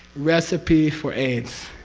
recipe for aids,